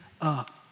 up